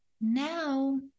Now